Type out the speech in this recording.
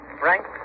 frank